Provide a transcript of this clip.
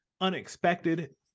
unexpected